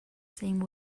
same